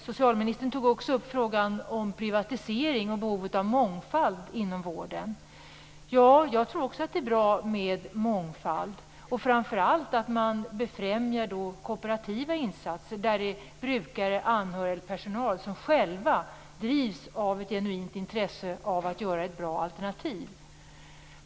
Socialministern tog också upp frågan om privatisering och behovet av mångfald inom vården. Jag tror också att det är bra med mångfald. Framför allt tror jag att det är bra att befrämja kooperativa insatser, där brukare, anhöriga och personal själva drivs av ett genuint intresse av att åstadkomma ett bra alternativ.